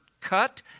cut